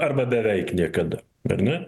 arba beveik niekada ar ne